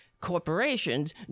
corporations